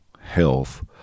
health